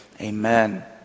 amen